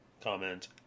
comment